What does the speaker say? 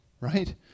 right